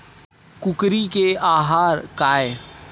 कुकरी के आहार काय?